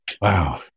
wow